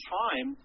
time